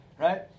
right